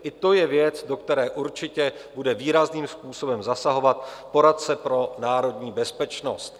I to je věc, do které určitě bude výrazným způsobem zasahovat poradce pro národní bezpečnost.